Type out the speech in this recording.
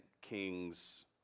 king's